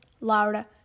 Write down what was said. laura